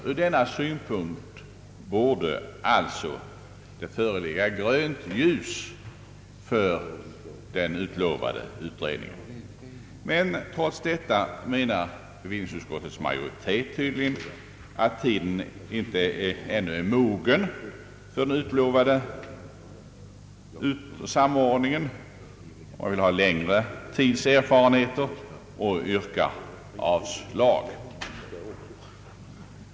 Ur denna synpunkt borde det alltså vara grönt ljus för den utlovade samordningen, men <bevillningsutskottets majoritet anser tydligen att tiden ännu inte är mogen. Man vill ha längre tids erfarenheter och yrkar avslag.